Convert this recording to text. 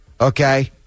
Okay